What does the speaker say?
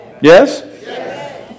Yes